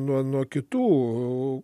nuo kitų